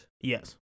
Yes